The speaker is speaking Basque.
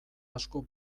asko